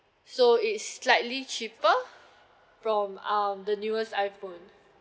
so it's slightly cheaper from um the newest iPhone